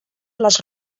les